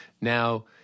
Now